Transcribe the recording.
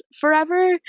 forever